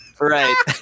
Right